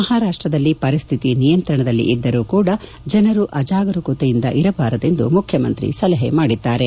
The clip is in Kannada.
ಮಹಾರಾಷ್ಟದಲ್ಲಿ ಪರಿಸ್ಥಿತಿ ನಿಯಂತ್ರಣದಲ್ಲಿದ್ದರೂ ಕೂಡಾ ಜನರು ಅಜಾಗರೂಕತೆಯಿಂದ ಇರಬಾರದು ಎಂದು ಮುಖ್ಯಮಂತ್ರಿ ಸಲಹೆ ಮಾಡಿದ್ದಾರೆ